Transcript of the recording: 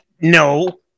No